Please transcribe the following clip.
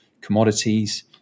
commodities